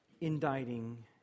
indicting